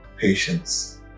patience